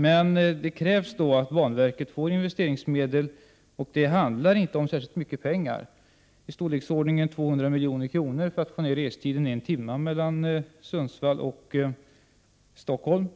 Men det krävs då att banverket får investeringsmedel. Och det handlar inte om särskilt mycket pengar — ca 200 milj.kr. för att få ned restiden mellan Sundsvall och Stockholm